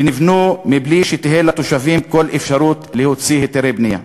שנבנו בלי שתהיה לתושבים כל אפשרות להוציא היתרי בנייה.